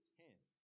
tenth